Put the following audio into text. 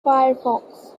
firefox